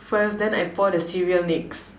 first then I pour the cereal next